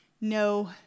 no